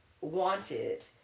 wanted